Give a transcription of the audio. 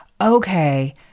okay